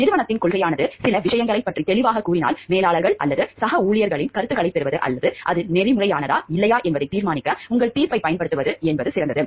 நிறுவனத்தின் கொள்கையானது சில விஷயங்களைப் பற்றி தெளிவாகக் கூறினால் மேலாளர்கள் அல்லது சக ஊழியர்களின் கருத்துகளைப் பெறுவது அல்லது அது நெறிமுறையானதா இல்லையா என்பதைத் தீர்மானிக்க உங்கள் தீர்ப்பைப் பயன்படுத்துவது சிறந்தது